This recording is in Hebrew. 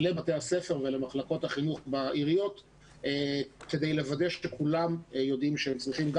לבתי הספר ולמחלקות החינוך בעיריות כדי לוודא שכולם יודעים שהם צריכים,